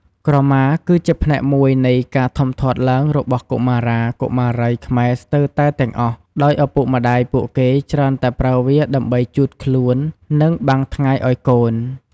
ក្រមាគឺជាផ្នែកមួយនៃការធំធាត់ឡើងរបស់កុមារា កុមារីខ្មែរស្ទើតែទាំងអស់ដោយឱពុកម្ដាយពួកគេច្រើនតែប្រើវាដើម្បីជូតខ្លួន និង បាំងថ្ងៃឱ្យកូន។។